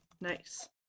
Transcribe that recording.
Nice